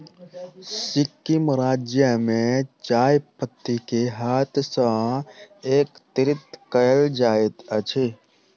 सिक्किम राज्य में चाय पत्ती के हाथ सॅ एकत्रित कयल जाइत अछि